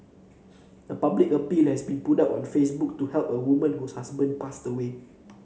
a public appeal has been put up on Facebook to help a woman whose husband passed away